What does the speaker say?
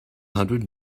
hundred